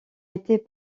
était